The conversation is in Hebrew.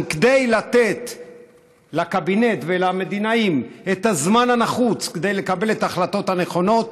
כדי לתת לקבינט ולמדינאים את הזמן הנחוץ כדי לקבל את ההחלטות הנכונות,